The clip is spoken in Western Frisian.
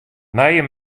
nije